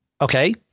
Okay